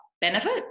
benefit